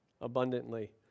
abundantly